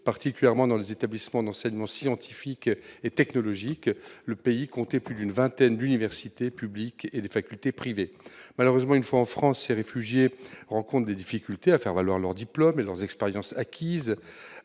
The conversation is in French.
particulièrement dans les établissements d'enseignement scientifique et technologique. Le pays comptait plus d'une vingtaine d'universités publiques ainsi que des facultés privées. Malheureusement, une fois en France, les réfugiés irakiens rencontrent des difficultés à faire valoir leurs diplômes et leurs expériences acquises.